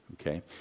Okay